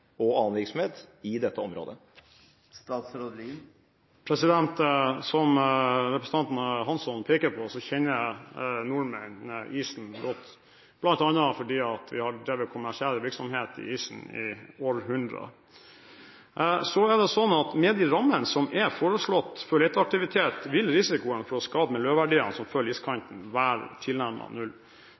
og annen virksomhet i dette området? Som representanten Hansson peker på, kjenner nordmenn isen godt, bl.a. fordi vi har drevet kommersiell virksomhet i isen i århundrer. Så er det slik at med de rammene som er foreslått for leteaktivitet, vil risikoen for å skade miljøverdiene som følger iskanten, være tilnærmet null.